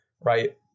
right